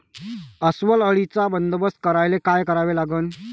अस्वल अळीचा बंदोबस्त करायले काय करावे लागन?